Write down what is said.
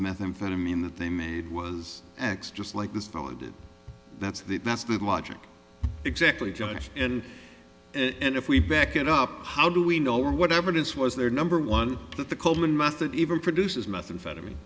methamphetamine that they made was acts just like this fellow did that's the that's the logic exactly judge and if we back it up how do we know or whatever this was their number one that the coleman method even produces methamphetamine